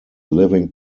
living